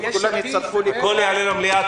הכול יעלה למליאה.